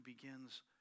begins